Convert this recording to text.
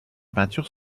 peinture